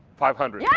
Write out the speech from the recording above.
five hundred. yeah